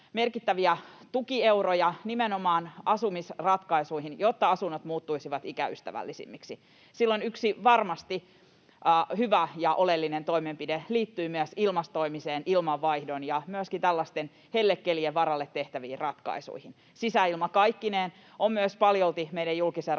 merkittäviä tukieuroja nimenomaan asumisratkaisuihin, jotta asunnot muuttuisivat ikäystävällisemmiksi. Silloin yksi varmasti hyvä ja oleellinen toimenpide liittyy myös ilmastoimiseen, ilmanvaihtoon ja myöskin tällaisten hellekelien varalle tehtäviin ratkaisuihin. Sisäilma kaikkineen on myös paljolti meidän julkisen rakentamisen